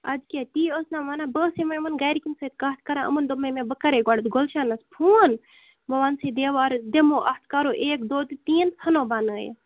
اَدٕ کیٛاہ تی ٲس نا وَنان بہٕ ٲسٕس یِمَے یِمَن گَرِکٮ۪ن سۭتۍ کَتھ کَران یِمَن دوٚپمَے مےٚ بہٕ کَرَے گۄڈٕ بہٕ گُلشَنَس فون بہٕ وَنَس یہِ دیوار دِمو اَتھ کَرو ایک دو تہٕ تین ژٕھنو بنٲیِتھ